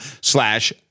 slash